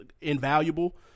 invaluable